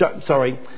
Sorry